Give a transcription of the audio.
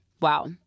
Wow